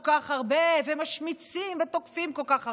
כך הרבה ומשמיצים ותוקפים כל כך הרבה,